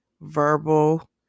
verbal